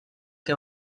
que